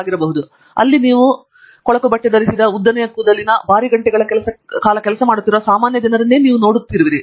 ನೀವು ವಾಸ್ತವವಾಗಿ ಕೊಳಕು ಬಟ್ಟೆ ಉದ್ದನೆಯ ಕೂದಲಿನ ಭಾರಿ ಗಂಟೆಗಳ ಕಾಲ ಕೆಲಸ ಮಾಡುತ್ತಿರುವ ಸಾಮಾನ್ಯ ಜನರನ್ನು ನಿಜವಾಗಿಯೂ ನೀವು ನೋಡುವಿರಿ